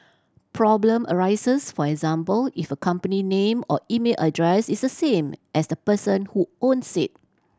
problem arises for example if a company name or email address is the same as the person who owns it